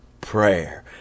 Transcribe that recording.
prayer